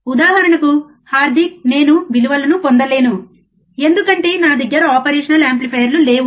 ఉదాహరణకు హార్దిక్ నేను విలువలను పొందలేను ఎందుకంటే నా దగ్గర ఆపరేషన్ యాంప్లిఫైయర్లు లేవు